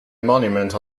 monument